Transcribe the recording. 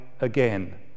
again